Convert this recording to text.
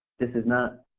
this is not,